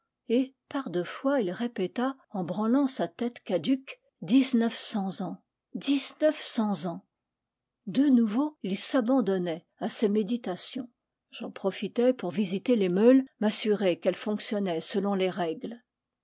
et par deux fois il répéta en branlant sa tête caduque dix-neuf cents ans dix-neuf cents ans de nouveau il s'abandonnait à ses méditations j'en pro fitai pour visiter les meules m'assurer qu'elles fonction naient selon les règles